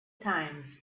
times